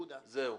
הלאה.